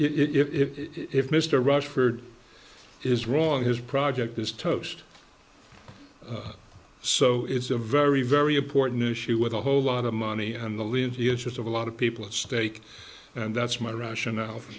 if mr rushford is wrong his project is toast so it's a very very important issue with a whole lot of money and a levy interest of a lot of people at stake and that's my rationale for